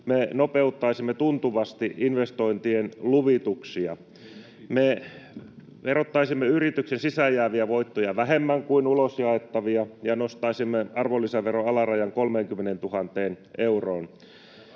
Me nopeuttaisimme tuntuvasti investointien luvituksia. Me verottaisimme yrityksen sisään jääviä voittoja vähemmän kuin ulos jaettavia ja nostaisimme arvonlisäveron alarajan 30 000 euroon.